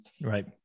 right